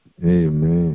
Amen